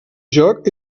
joc